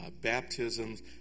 baptisms